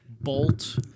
bolt